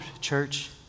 church